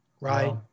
right